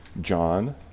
John